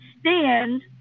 stand